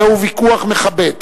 זהו ויכוח מכבד,